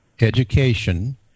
education